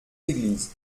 églises